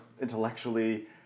intellectually